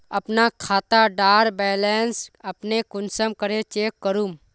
अपना खाता डार बैलेंस अपने कुंसम करे चेक करूम?